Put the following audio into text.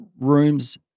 rooms